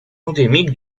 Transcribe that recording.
endémique